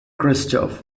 christoph